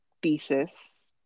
Thesis